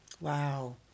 Wow